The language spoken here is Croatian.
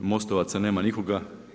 MOST-ovaca nema nikoga.